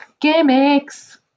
Gimmicks